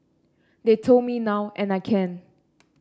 they told me now and I can